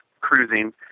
cruising